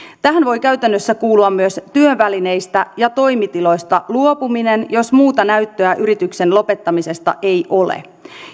tähän voi käytännössä kuulua myös työvälineistä ja toimitiloista luopuminen jos muuta näyttöä yrityksen lopettamisesta ei ole